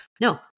No